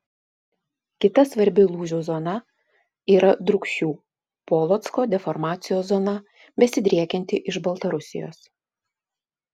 kita svarbi lūžių zona yra drūkšių polocko deformacijos zona besidriekianti iš baltarusijos